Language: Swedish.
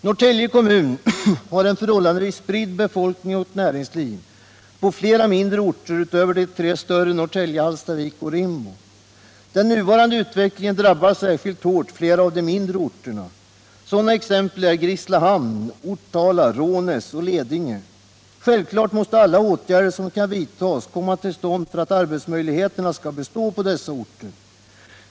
Norrtälje kommun har en förhållandevis spridd befolkning, och näringslivet är spritt på flera mindre orter utöver de tre större, dvs. Norrtälje, Hallstavik och Rimbo. Den nuvarande utvecklingen drabbar särskilt hårt flera av de mindre orterna. Sådana exempel är Grisslehamn, Ortala, Rånäs och Ledinge. Självfallet måste alla åtgärder som kan vidtas komma till stånd för att arbetsmöjligheterna skall bestå på dessa orter.